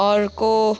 अर्को